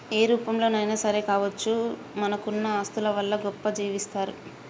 ఏ రూపంలోనైనా సరే కావచ్చు మనకున్న ఆస్తుల వల్ల గొప్పగా జీవిస్తరు